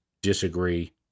disagree